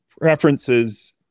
references